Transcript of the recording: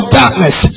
darkness